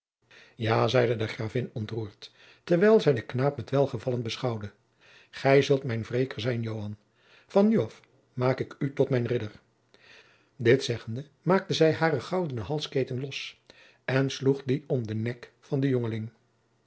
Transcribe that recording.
ja zeide de gravin ontroerd terwijl zij den knaap met welgevallen beschouwde gij zult mijn wreker zijn joan van nu af maak ik u tot mijn ridder dit zeggende maakte zij hare goudene halsketen los en sloeg die om den nek van den